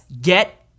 get